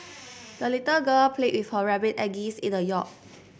the little girl played with her rabbit and geese in the yard